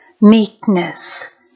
meekness